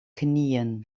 knieën